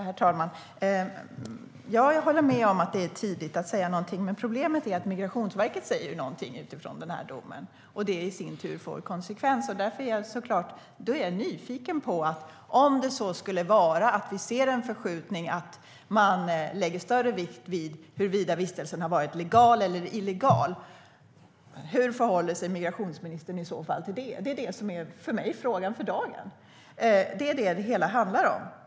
Herr talman! Jag håller med om att det är för tidigt att säga någonting. Problemet är att Migrationsverket säger någonting utifrån domen, och det i sin tur får konsekvenser. Jag är nyfiken. Om det så skulle vara att vi ser en förskjutning och att man lägger större vikt vid huruvida vistelsen har varit legal eller illegal, hur förhåller sig migrationsministern i så fall till det? Det är för mig frågan för dagen. Det är vad det hela handlar om.